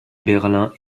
berlin